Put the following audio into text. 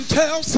tell